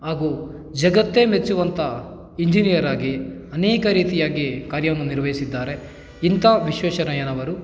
ಹಾಗೂ ಜಗತ್ತೇ ಮೆಚ್ಚುವಂತಹ ಇಂಜಿನಿಯರಾಗಿ ಅನೇಕ ರೀತಿಯಾಗಿ ಕಾರ್ಯವನ್ನು ನಿರ್ವಹಿಸಿದ್ದಾರೆ ಇಂಥ ವಿಶ್ವೇಶ್ವರಯ್ಯನವರು